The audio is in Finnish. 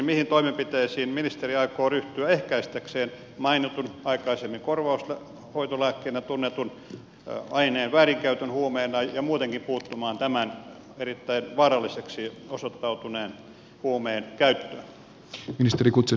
mihin toimenpiteisiin ministeri aikoo ryhtyä ehkäistäkseen mainitun aikaisemmin korvaushoitolääkkeenä tunnetun aineen väärinkäytön huumeena ja muutenkin puuttuakseen tämän erittäin vaaralliseksi osoittautuneen huumeen käyttöön